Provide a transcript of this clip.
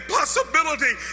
possibility